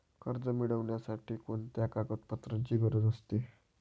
कर्ज मिळविण्यासाठी कोणत्या कागदपत्रांची गरज असते?